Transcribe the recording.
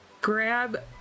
grab